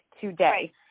today